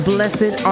Blessed